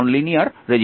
বিষয়টি এই রকমই সহজ